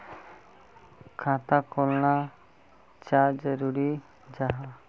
खाता खोलना चाँ जरुरी जाहा?